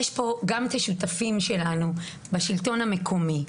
יש כאן גם את השותפים שלנו בשלטון המקומי.